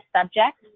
subject